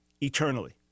eternally